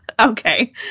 Okay